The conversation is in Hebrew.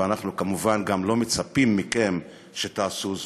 ואנחנו כמובן גם לא מצפים מכם שתעשו זאת.